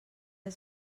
els